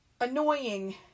Annoying